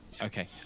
Okay